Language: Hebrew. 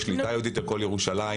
יש שליטה יהודית על כל ירושלים.